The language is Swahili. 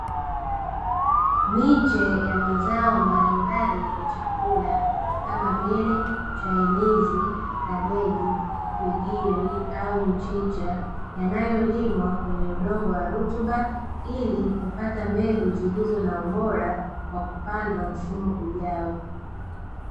Miche ya mazao mbalimbali ya chakula, kama vile: chainizi, kabeji, figiri au mchicha, yanayolimwa kwenye udongo wa rutuba, ili kupata mbegu zilizo na ubora kwa kupandwa msimu ujao.